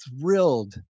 thrilled